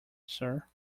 sir